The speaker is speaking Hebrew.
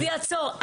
לפי הצורך.